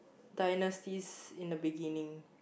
dynasties in the beggining